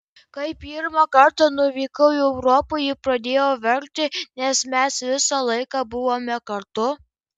kai pirmą kartą nuvykau į europą ji pradėjo verkti nes mes visą laiką buvome kartu